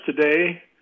today